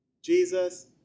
Jesus